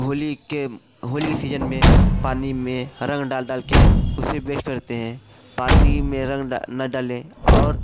होली के होली के सीज़न में पानी में रंग डाल डाल कर उसे बेस्ट करते हैं पानी में रंग न डालें और